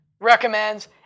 recommends